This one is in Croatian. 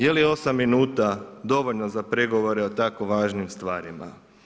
Je li 8 minuta dovoljno za pregovore o tako važnim stvarima?